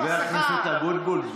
חבר הכנסת אבוטבול,